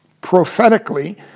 prophetically